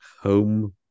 home